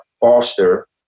Foster